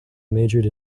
majored